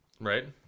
Right